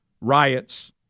riots